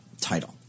title